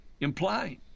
implying